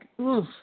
oof